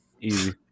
Easy